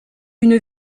une